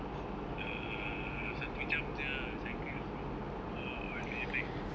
it's uh satu jam cycle from rumah all the way back to